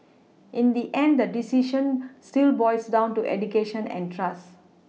in the end the decision still boils down to education and trust